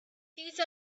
these